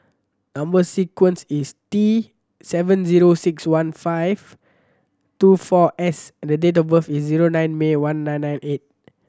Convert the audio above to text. number sequence is T seven zero six one five two four S and the date of birth is zero nine May one nine nine eight